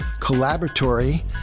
Collaboratory